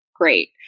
great